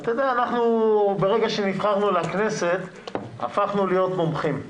אתה יודע, ברגע שנבחרנו לכנסת הפכנו להיות מומחים.